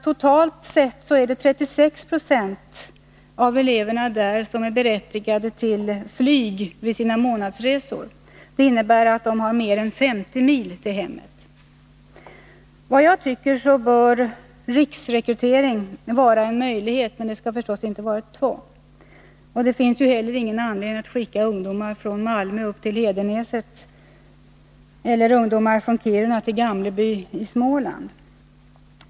Totalt sett är 36 26 av eleverna där berättigade till flyg vid sina månadsresor, och de har alltså mer än 50 mil till hemmet. Jag tycker att riksrekrytering bör vara en möjlighet, men det skall förstås inte vara ett tvång. Det finns heller ingen anledning att skicka ungdomar från Malmö till Hedenäset eller ungdomar från Kiruna till Gamleby i Småland.